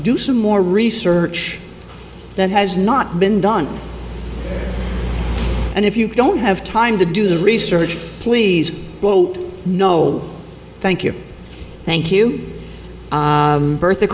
do some more research that has not been done and if you don't have time to do the research please vote no thank you thank you